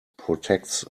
protects